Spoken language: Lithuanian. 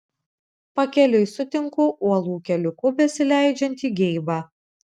pakeliui sutinku uolų keliuku besileidžiantį geibą